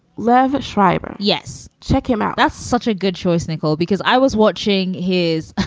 liev schreiber yes. check him out. that's such a good choice, nicole, because i was watching his.